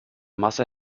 masse